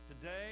Today